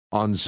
on